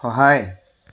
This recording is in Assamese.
সহায়